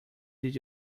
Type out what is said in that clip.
did